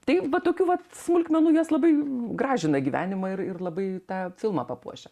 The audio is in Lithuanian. tai vat tokių vat smulkmenų jos labai gražina gyvenimą ir ir labai tą filmą papuošia